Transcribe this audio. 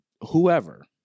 whoever